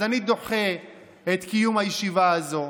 אז אני דוחה את קיום הישיבה הזו,